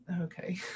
okay